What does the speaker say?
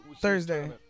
Thursday